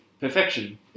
perfection